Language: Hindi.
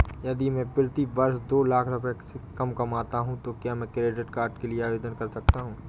यदि मैं प्रति वर्ष दो लाख से कम कमाता हूँ तो क्या मैं क्रेडिट कार्ड के लिए आवेदन कर सकता हूँ?